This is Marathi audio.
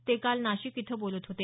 ते काल नाशिक इथं बोलत होते